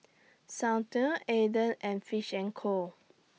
Soundteoh Aden and Fish and Co